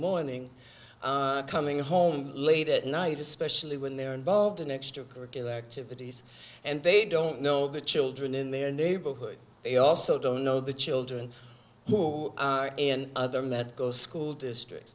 morning coming home late at night especially when they're involved in extracurricular activities and they don't know the children in their neighborhood they also don't know the children who are in other medical school district